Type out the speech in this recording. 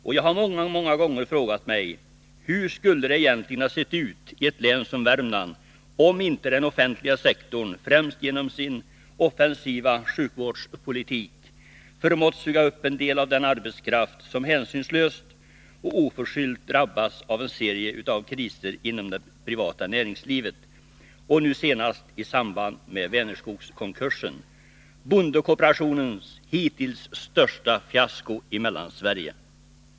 Och jag har många gånger frågat mig: Hur skulle det egentligen ha sett ut i ett län som Värmland om inte den offentliga sektorn, främst genom sin offensiva sjukvårdspolitik, förmått suga upp en del av den arbetskraft som hänsynslöst och oförskyllt drabbas av en serie av kriser inom det privata näringslivet och nu senast i samband med Vänerskogskonkursen — bondekooperationens hittills största fiasko i Mellansverige.